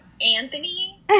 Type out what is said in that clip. Anthony